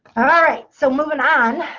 alright. so moving on.